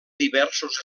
diversos